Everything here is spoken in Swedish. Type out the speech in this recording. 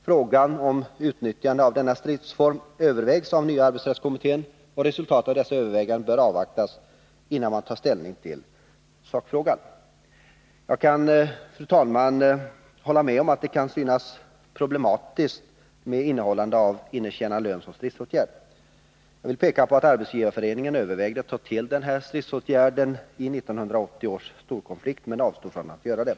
Frågan om utnyttjandet av denna stridsform övervägs av nya arbetsrättskommittén, och resultatet av dessa överväganden bör avvaktas innan man tar ställning till sakfrågan. Jag kan, fru talman, hålla med om att det kan synas problematiskt med innehållande av intjänad lön som stridsåtgärd. Arbetsgivareföreningen övervägde att ta till denna åtgärd i 1980 års storkonflikt men avstod från att göra det.